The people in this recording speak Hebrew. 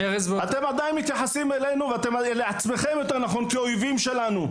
אתם עדיין מתייחסים לעצמכם כאויבים שלנו.